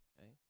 Okay